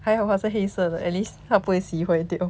还有它是黑色的 at least 他不会洗坏掉